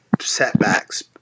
setbacks